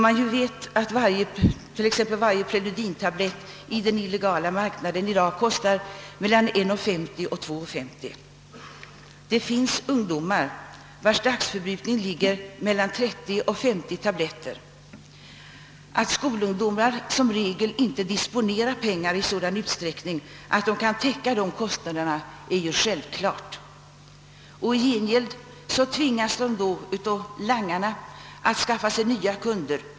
Man vet ju att t.ex. varje preludintablett på den illegala marknaden i dag kostar mellan 1:50 och 2: 50. Det finns ungdomar vilkas dagsförbrukning ligger mellan 30 och 50 tabletter. Att skolungdomar inte disponerar pengar i sådan utsträckning att de kan täcka sådana kostnader är självklart. Därför tvingas de av langarna att skaffa sig nya kunder.